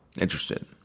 interested